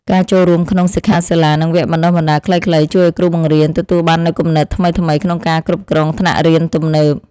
ការចូលរួមក្នុងសិក្ខាសាលានិងវគ្គបណ្តុះបណ្តាលខ្លីៗជួយឱ្យគ្រូបង្រៀនទទួលបាននូវគំនិតថ្មីៗក្នុងការគ្រប់គ្រងថ្នាក់រៀនទំនើប។